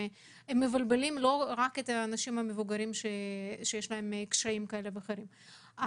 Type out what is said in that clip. שמבלבלים לא רק את האנשים המבוגרים שיש להם קשיים כאלה ואחרים.